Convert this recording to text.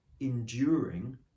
enduring